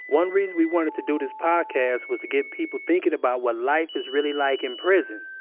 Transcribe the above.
one reason we wanted to do this podcast was to get people thinking about what life is really like in prison,